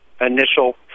initial